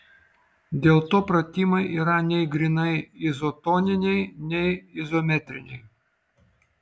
dėl to pratimai yra nei grynai izotoniniai nei izometriniai